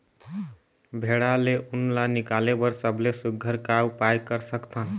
भेड़ा ले उन ला निकाले बर सबले सुघ्घर का उपाय कर सकथन?